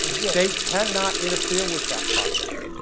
and state cannot interfere with that process.